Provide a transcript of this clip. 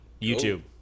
YouTube